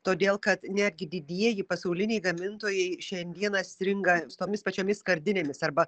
todėl kad netgi didieji pasauliniai gamintojai šiandieną stringa tomis pačiomis skardinėmis arba